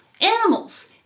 animals